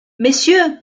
messieurs